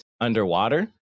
underwater